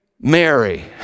Mary